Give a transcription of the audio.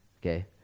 Okay